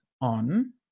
on